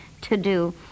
to-do